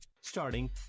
Starting